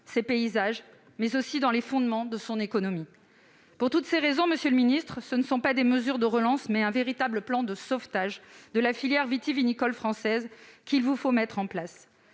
ses paysages, mais aussi les fondements de son économie. Pour toutes ces raisons, monsieur le ministre, ce sont non pas des mesures de relance, mais un véritable plan de sauvetage de la filière vitivinicole française qu'il vous faut mettre en place.